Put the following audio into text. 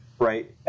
Right